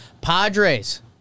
Padres